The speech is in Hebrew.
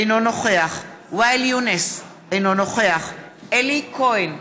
אינו נוכח ואאל יונס, אינו נוכח אלי כהן,